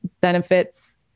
benefits